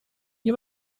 nie